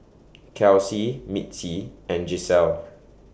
Kelsie Mitzi and Giselle